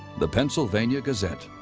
the pennsylvania gazette.